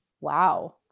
Wow